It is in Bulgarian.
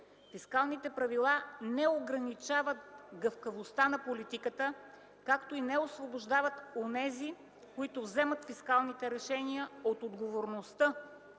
Фискалните правила не ограничават гъвкавостта на политиката, както и не освобождават онези, които вземат фискалните решения, от отговорността